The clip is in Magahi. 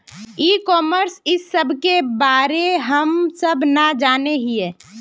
ई कॉमर्स इस सब के बारे हम सब ना जाने हीये?